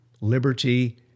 liberty